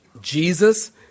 Jesus